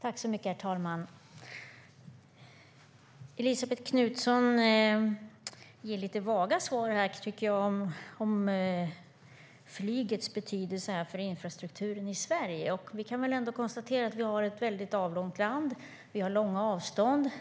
Herr talman! Elisabet Knutsson ger lite vaga svar om flygets betydelse för infrastrukturen i Sverige. Vi kan väl ändå konstatera att Sverige är ett avlångt land med långa avstånd.